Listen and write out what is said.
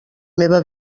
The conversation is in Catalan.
meva